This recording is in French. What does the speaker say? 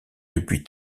depuis